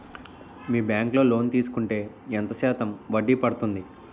మీ bank లో loan తీసుకుంటే ఎంత శాతం వడ్డీ పడ్తుంది?